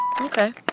Okay